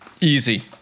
Easy